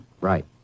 Right